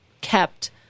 kept